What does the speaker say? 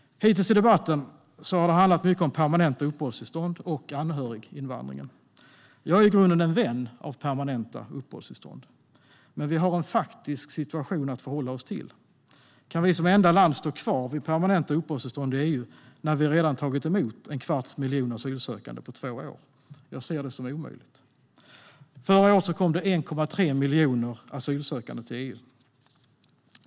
Hittills i debatten har det handlat mycket om permanenta uppehållstillstånd och anhöriginvandring. Jag är i grunden en vän av permanenta uppehållstillstånd, men vi har en faktisk situation att förhålla oss till. Kan vi som enda land i EU stå kvar vid permanenta uppehållstillstånd när vi redan tagit emot en kvarts miljon asylsökande på två år? Jag ser det som omöjligt. Förra året kom det 1,3 miljoner asylsökande till EU.